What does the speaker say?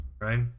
right